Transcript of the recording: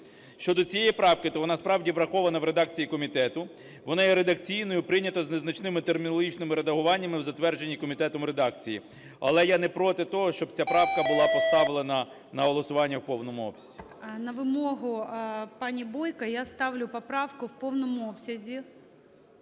Щодо цієї правки, то вона, справді, врахована в редакції комітету, вона є редакційною і прийнята з незначними термінологічними редагуваннями в затвердженій комітетом редакції. Але я не проти того, щоб ця правка була поставлена на голосування в повному обсязі. ГОЛОВУЮЧИЙ. На вимогу пані Бойко я ставлю поправку в повному обсязі.